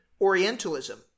Orientalism